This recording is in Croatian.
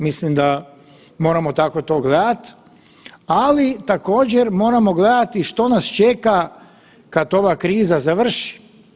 Mislim da moramo tako to gledat, ali također moramo gledati što nas čeka kad ova kriza završi.